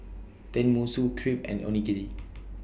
Tenmusu Crepe and Onigiri